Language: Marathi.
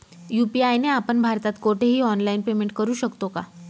यू.पी.आय ने आपण भारतात कुठेही ऑनलाईन पेमेंट करु शकतो का?